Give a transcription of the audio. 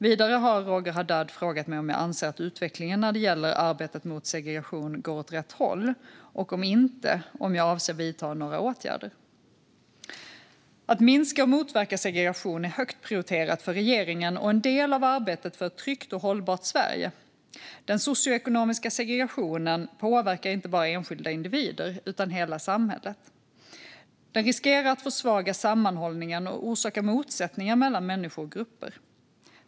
Vidare har Roger Haddad frågat mig om jag anser att utvecklingen när det gäller arbetet mot segregation går åt rätt håll och, om inte, ifall jag avser att vidta några åtgärder. Att minska och motverka segregation är högt prioriterat för regeringen och en del av arbetet för ett tryggt och hållbart Sverige. Den socioekonomiska segregationen påverkar inte bara enskilda individer utan hela samhället. Den riskerar att försvaga sammanhållningen och orsaka motsättningar mellan människor och grupper.